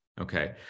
Okay